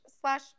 slash